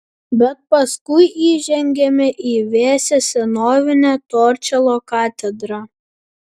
bet paskui įžengiame į vėsią senovinę torčelo katedrą